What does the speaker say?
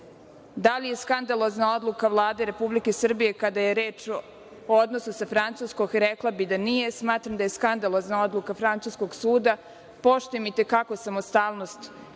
ne. Da li je skandalozna odluka Vlade Republike Srbije kada je reč o odnosu sa Francuskom? Rekla bih da nije. Smatram da je skandalozna odluka francuskog suda. Poštujem i te kako samostalnost